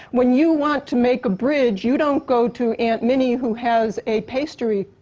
when you want to make a bridge, you don't go to aunt minnie who has a pastry